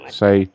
say